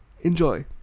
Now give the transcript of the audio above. Enjoy